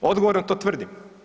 Odgovorno to tvrdim.